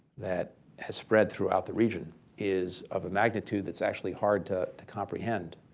that has spread throughout the region is of a magnitude that's actually hard to to comprehend,